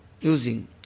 using